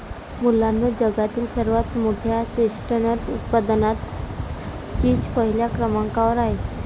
मुलांनो जगातील सर्वात मोठ्या चेस्टनट उत्पादनात चीन पहिल्या क्रमांकावर आहे